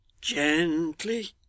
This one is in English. Gently